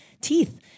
teeth